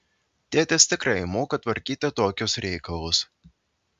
tėtis tikrai moka tvarkyti tokius reikalus